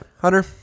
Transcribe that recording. hunter